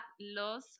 los